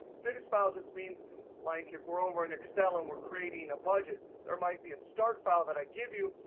finished file just means like if we're over in excel, and we're creating a budget, there might be a start file that i give you,